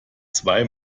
zwei